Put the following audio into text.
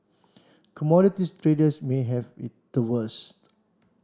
commodities traders may have it the worst